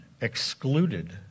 excluded